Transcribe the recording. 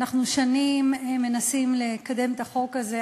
אנחנו שנים מנסים לקדם את החוק הזה,